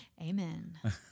Amen